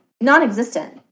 non-existent